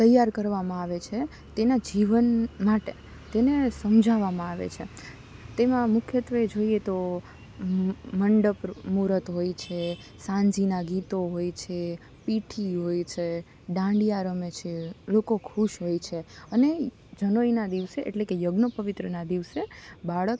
તૈયાર કરવામાં આવે છે તેનાં જીવન માટે તેને સમજાવવામાં આવે છે તેમાં મુખ્યત્ત્વે જોઈએ તો મંડપ મૂહુર્ત હોય છે સાંજીનાં ગીતો હોય છે પીઠી હોય છે દાંડિયા રમે છે લોકો ખુશ હોય છે અને જનોઈના દિવસે એટલે કે યજ્ઞોપવિતના દિવસે બાળક